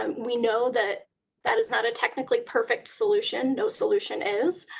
um we know that that is not a technically perfect solution. no solution is.